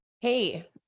Hey